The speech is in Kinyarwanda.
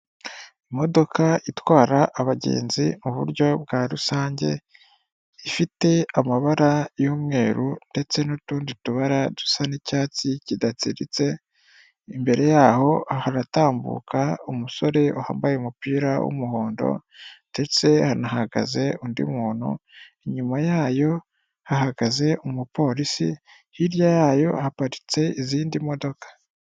Imodoka itwara abagenzi mu buryo bwa rusange ifite amabara y'umweru ndetse n'utundi tubara dusa n'icyatsi kidatsiritse, imbere yaho haratambuka umusore wambaye umupira w'umuhondo ndetse hanahagaze undi muntu, inyuma yayo hahagaze umupolisi hirya yayo haparitse izindi modoka.